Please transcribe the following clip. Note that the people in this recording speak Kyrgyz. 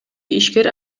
ишкер